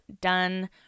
done